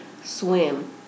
swim